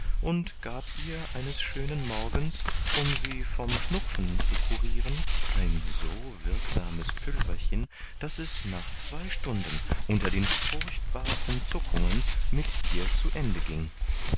und gab ihr eines schönen morgens um sie vom schnupfen zu curiren ein so wirksames pülverchen daß es nach zwei stunden unter den furchtbarsten zuckungen mit ihr zu ende ging